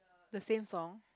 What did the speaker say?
the same song